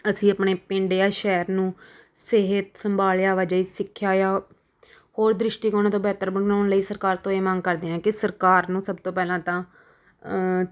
ਅਸੀਂ ਆਪਣੇ ਪਿੰਡ ਜਾਂ ਸ਼ਹਿਰ ਨੂੰ ਸਿਹਤ ਸੰਭਾਲ ਆਵਾਜਾਈ ਸਿੱਖਿਆ ਜਾਂ ਹੋਰ ਦ੍ਰਿਸ਼ਟੀਕੋਣਾਂ ਤੋਂ ਬਿਹਤਰ ਬਣਾਉਣ ਲਈ ਸਰਕਾਰ ਤੋਂ ਇਹ ਮੰਗ ਕਰਦੇ ਹਾਂ ਕਿ ਸਰਕਾਰ ਨੂੰ ਸਭ ਤੋਂ ਪਹਿਲਾਂ ਤਾਂ